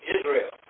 Israel